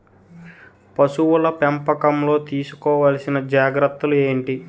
పశువుల పెంపకంలో తీసుకోవల్సిన జాగ్రత్త లు ఏంటి?